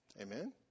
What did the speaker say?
Amen